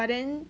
but then